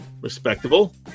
Respectable